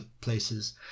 places